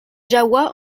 jahoua